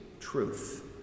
truth